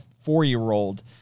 four-year-old